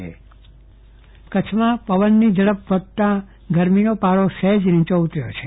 ચંદ્રવદન પટ્ટણી હવામાન કચ્છમાં પવનની ઝડપ વધતા ગરમીનો પારો સહેજ નીચો ઉતર્યો છે